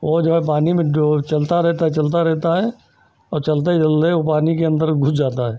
वह जो है पानी में चलता रहता है चलता रहता है और चलते ही चलते वह पानी के अन्दर घुस जाता है